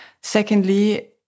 Secondly